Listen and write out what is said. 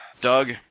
Doug